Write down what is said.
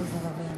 אליה.